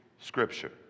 scripture